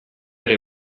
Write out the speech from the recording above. ere